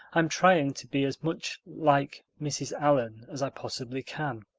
i'm trying to be as much like mrs. allan as i possibly can,